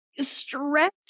stretch